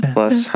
Plus